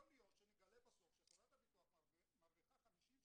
יכול להיות שנגלה בסוף שחברת הביטוח מרוויחה 60%-50%,